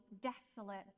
desolate